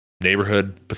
neighborhood